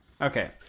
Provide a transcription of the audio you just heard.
Okay